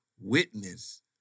witness